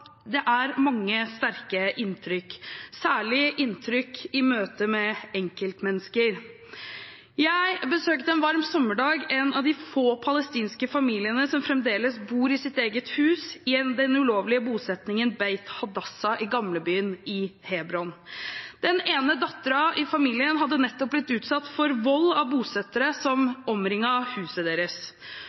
det er mange sterke inntrykk, særlig inntrykk i møte med enkeltmennesker. Jeg besøkte en varm sommerdag en av de få palestinske familiene som fremdeles bor i sitt eget hus i den ulovlige bosettingen Beit Hadassah i gamlebyen i Hebron. Den ene datteren i familien hadde nettopp blitt utsatt for vold av bosettere som omringet huset deres.